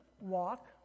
walk